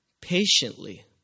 patiently